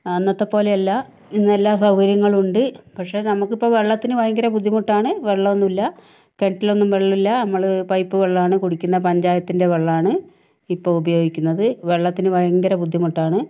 അന്നത്തെ പോലെയല്ല ഇന്ന് എല്ലാ സൗകര്യങ്ങളും ഉണ്ട് പക്ഷെ നമുക്ക് ഇപ്പൊൾ വെള്ളത്തിന് ഭയങ്കര ബുദ്ധിമുട്ടാണ് വെള്ളമൊന്നും ഇല്ല കിണറ്റിലൊന്നും വെള്ളമില്ല നമ്മൾ പൈപ്പ് വെള്ളമാണ് കുടിക്കുന്നത് പഞ്ചായത്തിന്റെ വെള്ളമാണ് ഇപ്പൊൾ ഉപയോഗിക്കുന്നത് വെള്ളത്തിന് ഭയങ്കര ബുദ്ധിമുട്ടാണ്